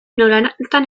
nolatan